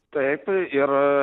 taip ir